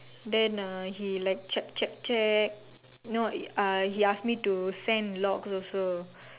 then uh he like check check check no uh he ask me to send logs also